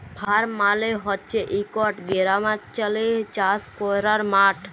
farm মালে হছে ইকট গেরামাল্চলে চাষ ক্যরার মাঠ